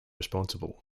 responsible